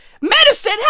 Medicine